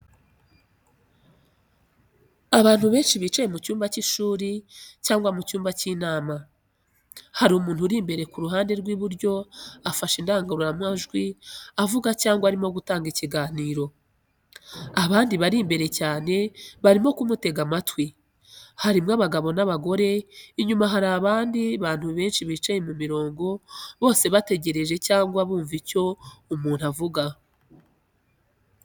Abantu benshi bicaye mu cyumba cy’ishuri cyangwa mu cyumba cy'inama. Hari umuntu uri imbere ku ruhande rw’iburyo afashe indangururamajwi avuga cyangwa arimo gutanga ikiganiro. Abandi bari imbere cyane, barimo kumutega amatwi, harimo abagabo n’abagore inyuma hari abandi bantu benshi bicaye mu mirongo bose bategereje cyangwa bumva icyo umuntu uvuga.